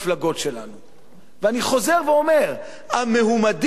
ואני חוזר ואומר: המועמדים לכנסת.